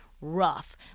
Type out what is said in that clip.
rough